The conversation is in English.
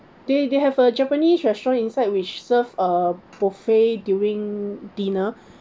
they they have a japanese restaurant inside which serve uh buffet during dinner